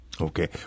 Okay